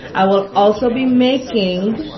i will also be making